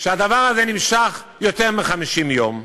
שהדבר הזה נמשך יותר מ-50 יום?